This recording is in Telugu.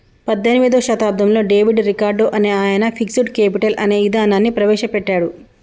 పద్దెనిమిదో శతాబ్దంలో డేవిడ్ రికార్డో అనే ఆయన ఫిక్స్డ్ కేపిటల్ అనే ఇదానాన్ని ప్రవేశ పెట్టాడు